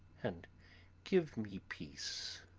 and give me peace!